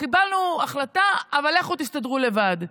קיבלנו החלטה, אבל לכו תסתדרו לבד.